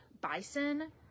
bison